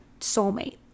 soulmate